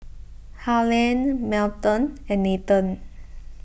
Harlan Melton and Nathen